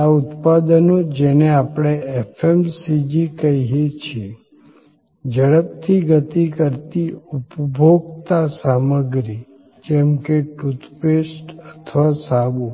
આ ઉત્પાદનો જેને આપણે FMCG કહીએ છીએ ઝડપથી ગતિ કરતી ઉપભોક્તા સામગ્રી જેમ કે ટૂથપેસ્ટ અથવા સાબુ